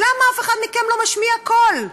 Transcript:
למה אף אחד מכם לא משמיע קול?